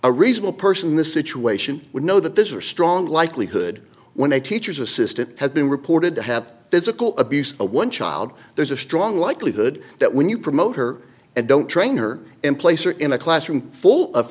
a reasonable person in the situation would know that there are strong likelihood when a teacher's assistant has been reported to have physical abuse a one child there's a strong likelihood that when you promote her and don't train her in place or in a classroom full of